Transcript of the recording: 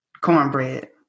Cornbread